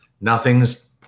nothing's